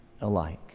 alike